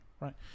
right